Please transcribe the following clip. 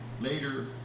Later